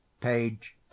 Page